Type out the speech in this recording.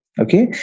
Okay